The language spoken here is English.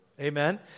Amen